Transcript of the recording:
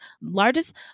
largest